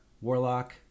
Warlock